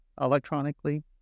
electronically